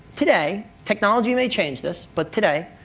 today technology may change this but today,